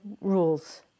rules